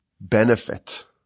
benefit